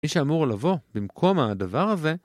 איש אמור לבוא במקום הדבר הזה